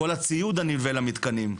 כל הציוד הנלווה למתקנים.